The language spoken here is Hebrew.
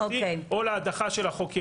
או להדחה של החוקר.